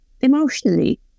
emotionally